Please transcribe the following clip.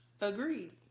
Agreed